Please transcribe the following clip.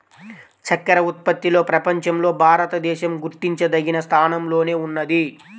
చక్కర ఉత్పత్తిలో ప్రపంచంలో భారతదేశం గుర్తించదగిన స్థానంలోనే ఉన్నది